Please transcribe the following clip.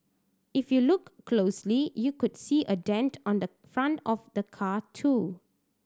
if you look closely you could see a dent on the front of the car too